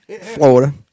Florida